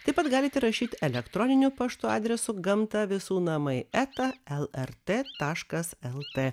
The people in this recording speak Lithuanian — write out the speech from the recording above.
taip pat galite rašyt elektroniniu paštu adresu gamta visų namai eta lrt taškas lt